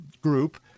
Group